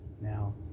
Now